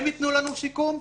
הם ייתנו לנו שיקום?